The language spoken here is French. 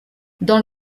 dans